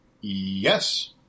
Yes